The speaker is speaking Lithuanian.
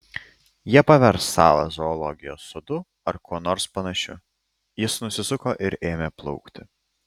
jie pavers salą zoologijos sodu ar kuo nors panašiu jis nusisuko ir ėmė plaukti